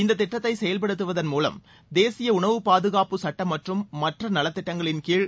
இந்த திட்டத்தை செயல்படுத்துவதன் மூலம் தேசிய உணவு பாதுகாப்பு சுட்டம் மற்றும் மற்ற நலத்திட்டங்களின்கீழ்